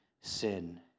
sin